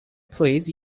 please